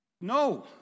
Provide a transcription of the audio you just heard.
No